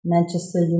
Manchester